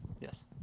yes